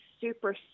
super